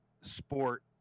sport